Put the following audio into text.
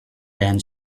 than